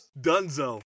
Dunzo